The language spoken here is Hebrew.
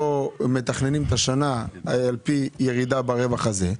השנה על פי ירידה ברווח הזה?